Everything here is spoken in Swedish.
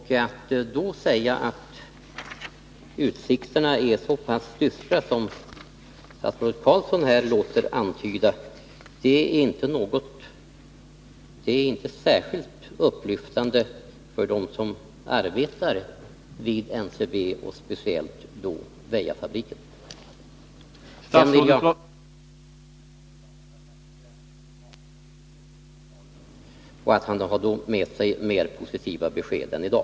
Statsrådet Roine Carlssons antydan att utsikterna är så dystra är inte särskilt upplyftande för dem som arbetar i NCB:s fabrik i Väja. Jag hoppas att Roine Carlsson gör ett besök i Ådalen och då har med sig mer positiva besked än i dag.